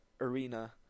arena